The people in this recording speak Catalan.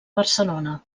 barcelona